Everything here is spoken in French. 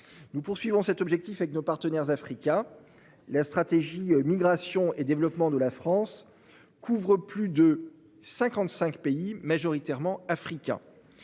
Nous poursuivons cet objectif avec nos partenaires africains. La stratégie Migration et développement de la France couvre plus de 55 pays majoritairement africains.